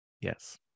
yes